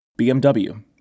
BMW